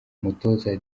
umutoza